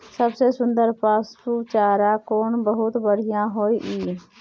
सबसे सुन्दर पसु चारा कोन बहुत बढियां होय इ?